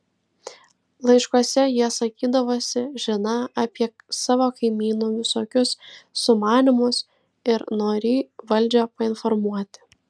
laiškuose jie sakydavosi žiną apie savo kaimynų visokius sumanymus ir norį valdžią painformuoti